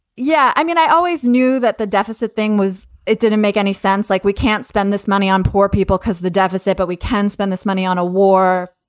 yeah. i mean, i always knew that the deficit thing was it didn't make any sense. like, we can't spend this money on poor people because the deficit. but we can spend this money on a war.